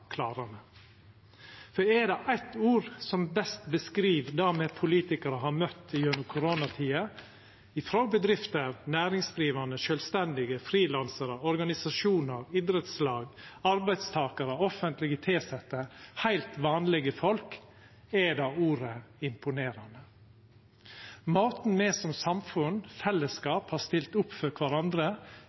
for er det eitt ord som best beskriv det me politikarar har møtt gjennom koronatida – frå bedrifter, næringsdrivande, sjølvstendige, frilansarar, organisasjonar, idrettslag, arbeidstakarar, offentleg tilsette, heilt vanlege folk – er det ordet «imponerande». Måten me som samfunn, fellesskap, har stilt opp for kvarandre